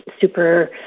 super